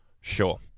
Sure